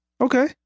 Okay